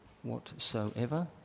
Whatsoever